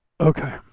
Okay